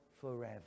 forever